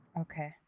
Okay